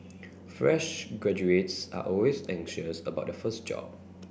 fresh graduates are always anxious about their first job